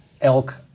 elk